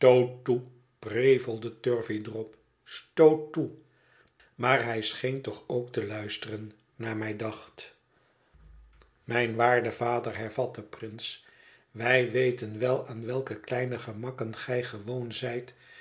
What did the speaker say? prevelde turveydrop stoot toe maar hij scheen toch ook te luisteren naar mij dacht mijn waarde vader hervatte prince wij weten wel aan welke kleine gemakken gij gewoon zijt